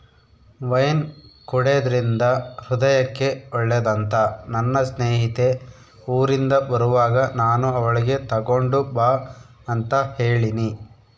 wine ಕುಡೆದ್ರಿಂದ ಹೃದಯಕ್ಕೆ ಒಳ್ಳೆದಂತ ನನ್ನ ಸ್ನೇಹಿತೆ ಊರಿಂದ ಬರುವಾಗ ನಾನು ಅವಳಿಗೆ ತಗೊಂಡು ಬಾ ಅಂತ ಹೇಳಿನಿ